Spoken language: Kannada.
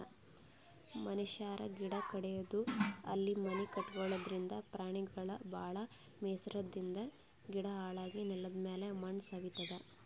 ಮನಶ್ಯಾರ್ ಗಿಡ ಕಡದು ಅಲ್ಲಿ ಮನಿ ಕಟಗೊಳದ್ರಿಂದ, ಪ್ರಾಣಿಗೊಳಿಗ್ ಭಾಳ್ ಮೆಯ್ಸಾದ್ರಿನ್ದ ಗಿಡ ಹಾಳಾಗಿ ನೆಲದಮ್ಯಾಲ್ ಮಣ್ಣ್ ಸವಿತದ್